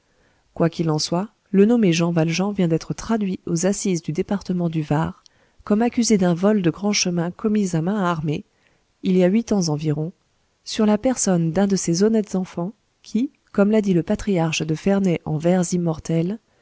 quoi qu'il en soit le nommé jean valjean vient d'être traduit aux assises du département du var comme accusé d'un vol de grand chemin commis à main armée il y a huit ans environ sur la personne d'un de ces honnêtes enfants qui comme l'a dit le patriarche de ferney en vers immortels